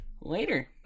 later